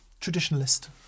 traditionalist